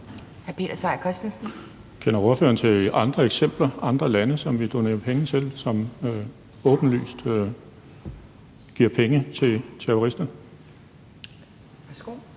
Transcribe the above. Peter Seier Christensen (NB): Kender ordføreren til eksempler på andre lande, som vi donerer penge til, som åbenlyst giver penge til terrorister? Kl.